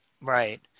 Right